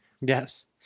Yes